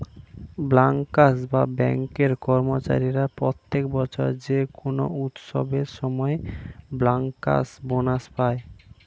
bankers বা ব্যাঙ্কের কর্মচারীরা প্রত্যেক বছর যে কোনো উৎসবের সময় ব্যাংকার্স বোনাস পায়